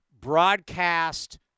broadcast